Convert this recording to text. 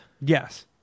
Yes